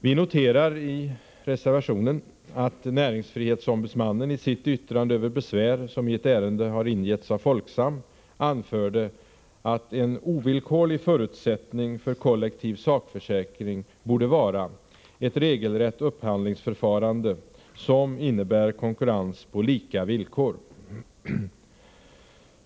Vi noterar i reservationen att näringsfrihetsombudsmannen i sitt yttrande över besvär som i ett ärende ingivits av Folksam, anförde att ”en ovillkorlig förutsättning för kollektiv sakförsäkring borde vara ett regelrätt upphandlingsförfarande som innebär konkurrens mellan försäkringsbolag på lika villkor”.